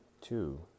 two